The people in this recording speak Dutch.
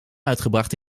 uitgebracht